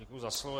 Děkuji za slovo.